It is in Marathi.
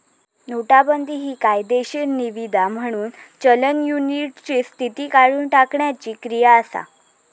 नोटाबंदी हि कायदेशीर निवीदा म्हणून चलन युनिटची स्थिती काढुन टाकण्याची क्रिया असा